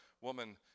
woman